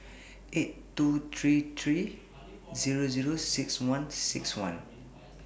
eight two three three Zero Zero six one six one